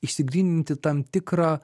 išsigryninti tam tikrą